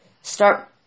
start